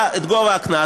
העיקר יש תמונה.